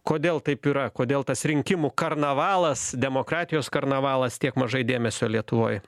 kodėl taip yra kodėl tas rinkimų karnavalas demokratijos karnavalas tiek mažai dėmesio lietuvoj